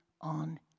on